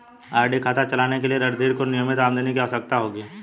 RD खाता चलाने के लिए रणधीर को नियमित आमदनी की आवश्यकता होगी